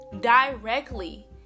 directly